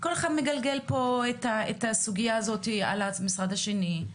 כל אחד מגלגל פה את הסוגיה הזאת על המשרד השני,